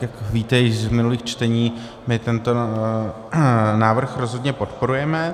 Jak víte již z minulých čtení, my tento návrh rozhodně podporujeme.